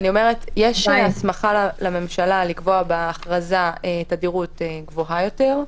יש הסמכה לממשלה לקבוע בהכרזה תדירות גבוהה יותר.